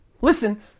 Listen